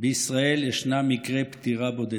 בישראל יש מקרי פטירה בודדים,